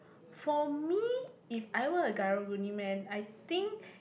for me if I were a karang-guni man I think